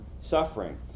suffering